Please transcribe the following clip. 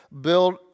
build